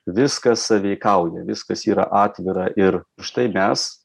viskas sąveikauja viskas yra atvira ir štai mes